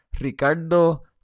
Ricardo